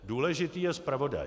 Důležitý je zpravodaj.